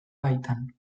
baitan